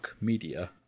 media